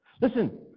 Listen